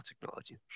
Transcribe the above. technology